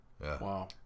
Wow